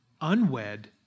unwed